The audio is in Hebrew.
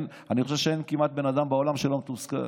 אני חושב שאין כמעט בן אדם בעולם שלא מתוסכל.